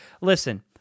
Listen